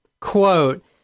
quote